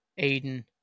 Aiden